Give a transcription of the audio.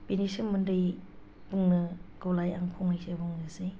बिनि सोमोन्दै बुंनोखौलाय आं फंनैसो बुंनोसै